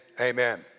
Amen